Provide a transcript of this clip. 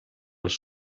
els